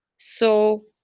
so,